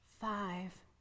Five